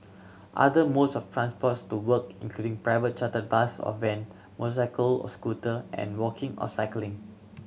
other modes of transports to work incline private chartered bus or van motorcycle or scooter and walking or cycling